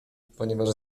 ponieważ